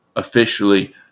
officially